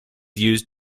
used